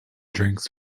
drinks